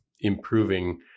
improving